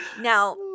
now